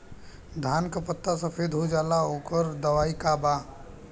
धान के पत्ता सफेद हो जाला ओकर दवाई का बा?